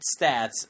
stats